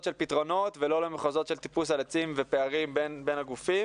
של פתרונות ולא מחוזות של טיפוס על עצים ופערים בין הגופים.